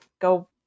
go